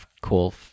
cool